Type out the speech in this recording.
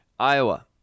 Iowa